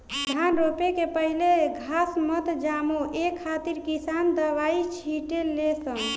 धान रोपे के पहिले घास मत जामो ए खातिर किसान दवाई छिटे ले सन